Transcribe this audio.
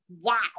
wow